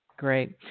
Great